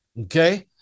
Okay